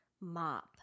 mop